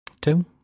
two